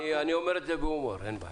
אני אומר את זה בהומור, אין בעיה.